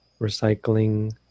recycling